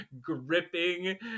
gripping